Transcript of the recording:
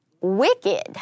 wicked